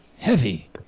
Heavy